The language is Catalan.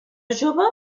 jove